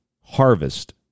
Harvest